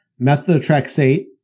methotrexate